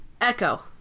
echo